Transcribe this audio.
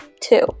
two